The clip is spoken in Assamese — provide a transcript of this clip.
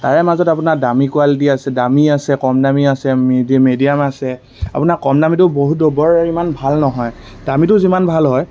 তাৰে মাজত আপোনাৰ দামী কোৱালিটী আছে দামী আছে কম দামী আছে মড মিডিয়াম আছে আপোনাৰ কম দামীটো বহুতো বৰ ইমান ভাল নহয় দামীটো যিমান ভাল হয়